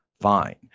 fine